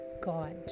God